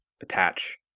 attach